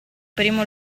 primo